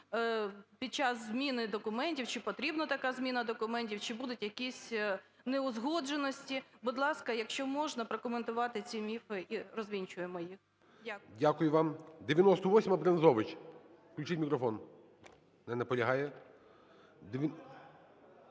під час зміни документів, чи потрібна така зміна документів, чи будуть якісь неузгодженості. Будь ласка, якщо можна, прокоментувати ці міфи, і розвінчуємо їх. Дякую. ГОЛОВУЮЧИЙ. Дякую вам. 98-а, Брензович. Включіть мікрофон. Не наполягає.